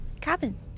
cabin